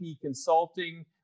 Consulting